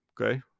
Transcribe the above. okay